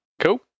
cool